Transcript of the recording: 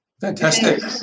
Fantastic